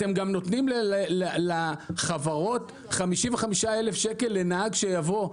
אתם גם נותנים לחברות 55,000 שקל לנהג שיבוא.